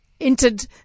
entered